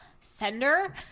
sender